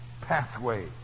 pathway